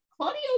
Claudio